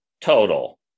total